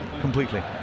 completely